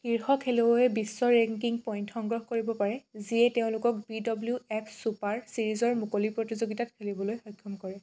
শীৰ্ষ খেলুৱৈয়ে বিশ্ব ৰেংকিং পইণ্ট সংগ্ৰহ কৰিব পাৰে যিয়ে তেওঁলোকক বি ডব্লিউ এফ ছুপাৰ ছিৰিজৰ মুকলি প্ৰতিযোগিতাত খেলিবলৈ সক্ষম কৰে